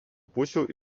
pusių